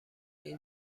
این